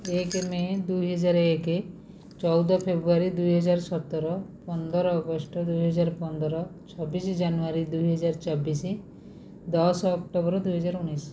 ଏକ ମେ' ଦୁଇହଜାର ଏକ ଚଉଦ ଫେବୃୟାରୀ ଦୁଇହଜାର ସତର ପନ୍ଦର ଅଗଷ୍ଟ ଦୁଇହଜାର ପନ୍ଦର ଛବିଶ ଜାନୁୟାରୀ ଦୁଇହଜାର ଚବିଶ ଦଶ ଅକ୍ଟୋବର ଦୁଇହଜାର ଉଣେଇଶ